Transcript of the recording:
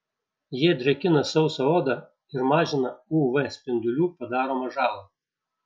jie drėkina sausą odą ir mažina uv spindulių padaromą žalą